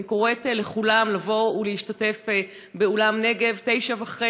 אני קוראת לכולם לבוא ולהשתתף באולם נגב, ב-09:30.